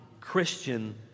Christian